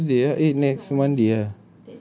next wednesday right eh next monday ah